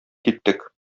киттек